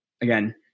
again